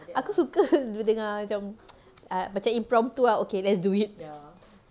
aku suka bila dengar macam ah macam impromptu okay let's do it